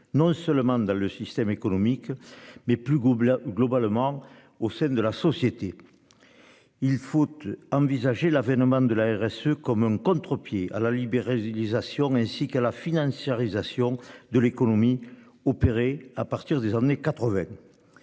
non seulement dans le système économique mais plus Gobelins globalement au sein de la société. Ils foutent envisager l'avènement de la RSE comme un contre-pied à la libérer stylisation ainsi qu'à la financiarisation de l'économie opéré à partir des années 80.